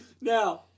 Now